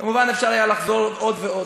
כמובן, אפשר היה לחזור עוד ועוד.